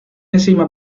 enzima